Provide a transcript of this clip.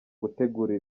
gutegura